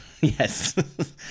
Yes